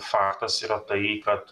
faktas yra tai kad